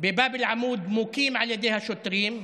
בבאב אל-עמוד מוכים על ידי השוטרים,